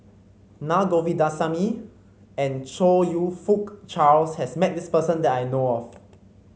Naa Govindasamy and Chong You Fook Charles has met this person that I know of